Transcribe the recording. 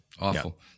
awful